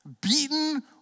beaten